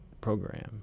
program